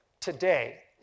today